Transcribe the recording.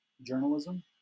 Journalism